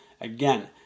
Again